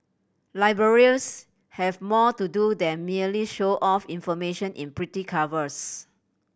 libraries have more to do than merely show off information in pretty covers